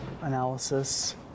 analysis